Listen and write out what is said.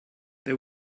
they